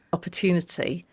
opportunity,